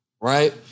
Right